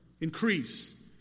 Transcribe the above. Increase